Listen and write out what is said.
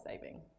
saving